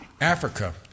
Africa